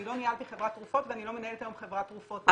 אני לא ניהלתי חברת תרופות ואני לא מנהלת היום חברת תרופות,